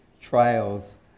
trials